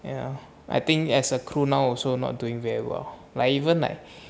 ya I think as a crew now also not doing very well like even like